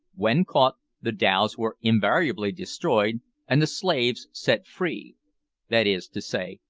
when caught, the dhows were invariably destroyed and the slaves set free that is to say,